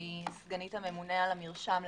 סגנית הממונה על המרשם,